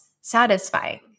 satisfying